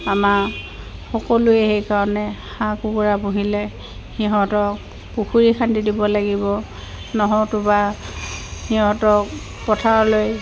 আমাৰ সকলোৱে সেইকাৰণে হাঁহ কুকুৰা পুহিলে সিহঁতক পুখুৰী খান্দি দিব লাগিব নতুবা সিহঁতক পথাৰলৈ